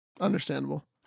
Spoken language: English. Understandable